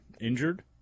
Injured